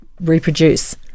reproduce